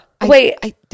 wait